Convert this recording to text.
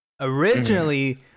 Originally